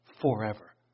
forever